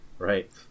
Right